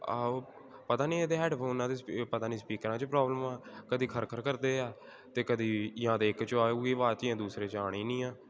ਆਹੋ ਪਤਾ ਨਹੀਂ ਇਹਦੇ ਹੈਡਫੋਨਾਂ ਦੇ ਸਪੀ ਪਤਾ ਨਹੀਂ ਸਪੀਕਰਾਂ 'ਚ ਪ੍ਰੋਬਲਮ ਆ ਕਦੀ ਖਰ ਖਰ ਕਰਦੇ ਆ ਅਤੇ ਕਦੀ ਜਾਂ ਤਾਂ ਇੱਕ 'ਚੋਂ ਆਊਗੀ ਆਵਾਜ਼ ਦੂਸਰੇ 'ਚ ਆਉਣੀ ਨਹੀਂ ਆ